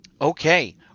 okay